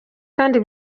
kandi